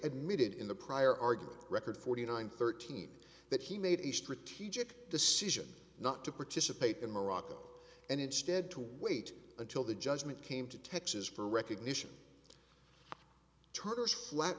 admitted in the prior argument record forty nine thirteen that he made a strategic decision not to participate in morocco and instead to wait until the judgment came to texas for recognition turner's flat